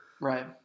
Right